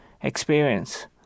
experience